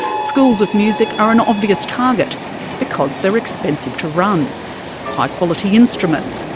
schools of music are an obvious target because they're expensive to run high-quality instruments,